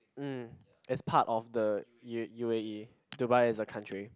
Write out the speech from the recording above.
mm it's part of the U U_A_E Dubai is a country